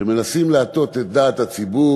שמנסים להטות את דעת הציבור,